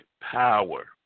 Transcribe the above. power